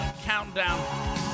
countdown